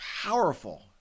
powerful